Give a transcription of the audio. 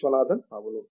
విశ్వనాథన్ అవును